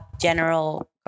general